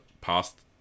past